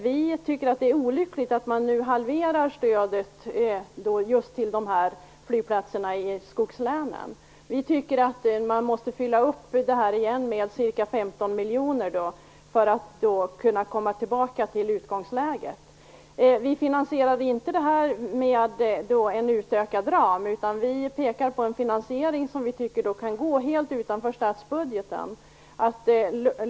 Vi tycker att det är olyckligt att man nu halverar stödet till just flygplatserna i skogslänen. Vi tycker att man måste fylla upp detta med ca 15 miljoner för att kunna komma tillbaka till utgångsläget. Vi finansierar inte detta med en utökad ram, utan vi pekar på en finansiering som vi tycker kan gå helt utanför statsbudgeten.